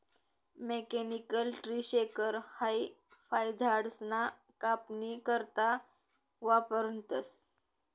mechanical tree shaker हाई फयझाडसना कापनी करता वापरतंस